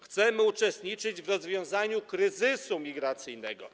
Chcemy uczestniczyć w rozwiązaniu kryzysu migracyjnego.